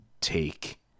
take